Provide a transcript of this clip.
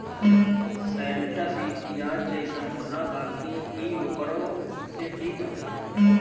शैलटस इ पियाज जइसन होला बाकि इ ओकरो से तीत होला